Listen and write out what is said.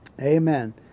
Amen